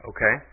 Okay